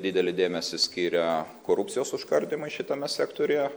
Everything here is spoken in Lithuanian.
didelį dėmesį skiria korupcijos užkardymui šitame sektoriuje